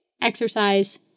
Exercise